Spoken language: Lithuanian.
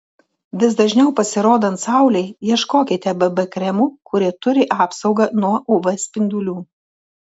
vis dažniau pasirodant saulei ieškokite bb kremų kurie turi apsaugą nuo uv spindulių